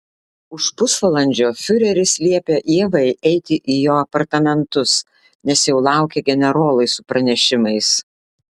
už pusvalandžio fiureris liepė ievai eiti į jo apartamentus nes jau laukė generolai su pranešimais